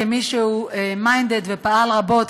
כמי שהוא minded ופעל רבות,